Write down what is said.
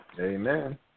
Amen